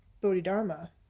Bodhidharma